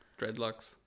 dreadlocks